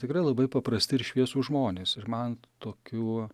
tikrai labai paprasti ir šviesūs žmonės ir man tokių